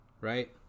right